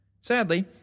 Sadly